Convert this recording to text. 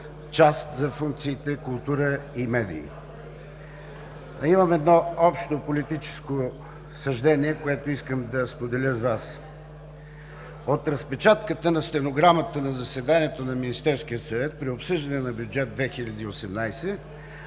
част за функциите „Култура и медии“. Имам едно общо политическо съждение, което искам да споделя с Вас. От разпечатката на стенограмата на заседанието на Министерския съвет при обсъждане на бюджет 2018